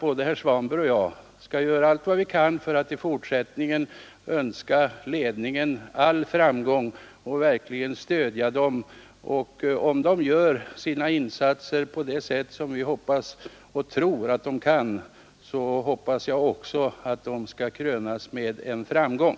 Om den Finansiering av riksdagen uppgifter om vad som kan vara av stor betydelse, därför att ni inte vågar begära mer pengar för någonting som kan vara lönsamt? gör sina insatser på det sätt som vi tror att den kan, hoppas jag att insatserna skall krönas med framgång.